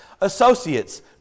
associates